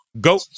go